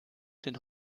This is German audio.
den